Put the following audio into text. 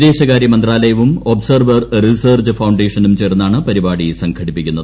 വിദേശകാര്യ മന്ത്രാലയവും observer research ഫൌണ്ടേഷനും ചേർന്നാണ് പരിപാടി സംഘടിപ്പിക്കുന്നത്